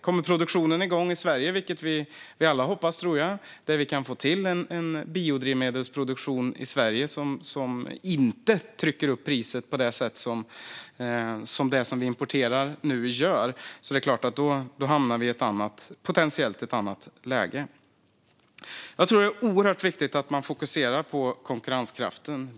Om produktionen kommer igång i Sverige, vilket jag tror att vi alla hoppas, och om vi kan få till en biodrivmedelsproduktion i Sverige som inte trycker upp priset på det sätt som det som vi importerar nu gör, hamnar vi potentiellt i ett annat läge. Jag tror att det är oerhört viktigt att man fokuserar på konkurrenskraften.